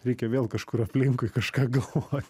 reikia vėl kažkur aplinkui kažką galvo